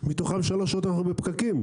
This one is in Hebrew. מתוכן שלוש שעות אנחנו בפקקים.